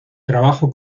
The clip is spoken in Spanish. trabajo